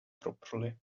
properly